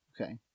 okay